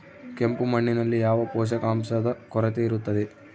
ಕೆಂಪು ಮಣ್ಣಿನಲ್ಲಿ ಯಾವ ಪೋಷಕಾಂಶದ ಕೊರತೆ ಇರುತ್ತದೆ?